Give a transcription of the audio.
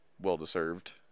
well-deserved